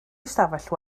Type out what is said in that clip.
ystafell